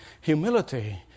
Humility